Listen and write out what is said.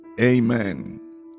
Amen